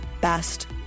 best